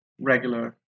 regular